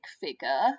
figure